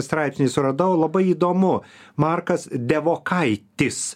straipsnį suradau labai įdomu markas devokaitis